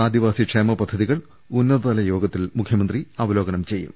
ആദിവാസി ക്ഷേമ പദ്ധതികൾ ഉന്നതതലയോഗത്തിൽ മുഖ്യമന്ത്രി അവലോകനം ചെയ്യും